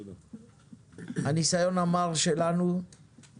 הניסיון המר שלנו זה